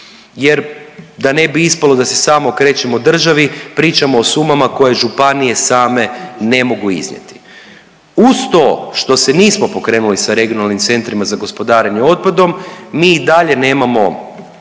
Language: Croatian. Jer da ne bi ispalo da se samo okrećemo državi pričamo o sumama koje županije same ne mogu iznijeti. Uz to što se nismo pokrenuli sa regionalnim centrima za gospodarenje otpadom mi i dalje nemamo